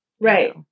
Right